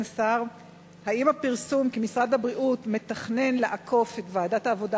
האם הפרסום כי משרד הבריאות מתכנן לעקוף את ועדת העבודה,